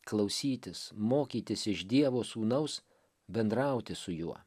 klausytis mokytis iš dievo sūnaus bendrauti su juo